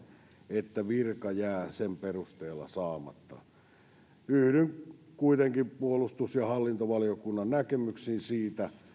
että virka jää sen perusteella saamatta yhdyn kuitenkin puolustus ja hallintovaliokunnan näkemyksiin siitä